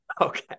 Okay